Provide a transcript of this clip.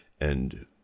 And